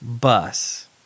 bus